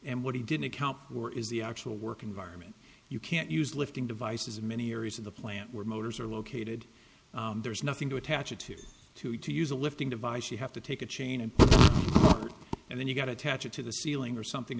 and what he didn't account for is the actual work environment you can't use lifting devices in many areas of the plant where motors are located there's nothing to attach it to to to use a lifting device you have to take a chain and and then you got attach it to the ceiling or something